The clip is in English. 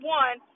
one